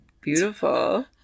Beautiful